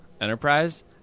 Enterprise